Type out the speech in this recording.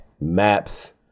Maps